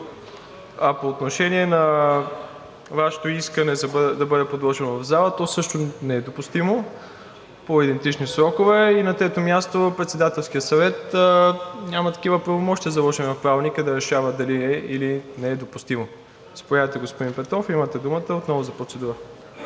По отношение на Вашето искане да бъде подложено на гласуване в зала, то също не е допустимо по идентични срокове. И на трето място, Председателският съвет няма такива правомощия, заложени в Правилника, да решава дали е, или не е допустимо. Заповядайте, господин Петров. Имате думата отново за процедура.